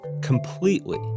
completely